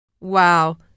Wow